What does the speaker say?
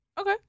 Okay